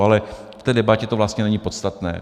Ale v té debatě to vlastně není podstatné.